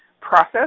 process